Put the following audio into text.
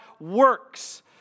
works